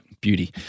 beauty